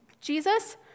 Jesus